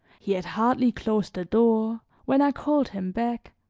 he had hardly closed the door when i called him back.